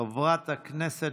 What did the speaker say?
חברת הכנסת